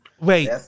Wait